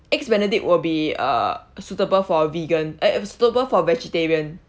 eggs benedict will be uh suitable for vegans uh suitable for vegetarian